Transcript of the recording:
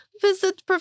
visit